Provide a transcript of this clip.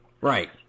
Right